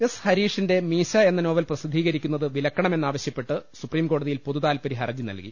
S ഹരീഷിന്റെ മീശ എന്ന novel പ്രസിദ്ധീകരിക്കു ന്നത് വിലക്കണമെന്നാവശ്യപ്പെട്ട് സൂപ്രീംകോട്ടതിയിൽ പൊതു താത്പര്യ ഹർജി നൽകി